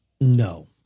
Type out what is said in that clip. No